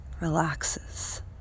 relaxes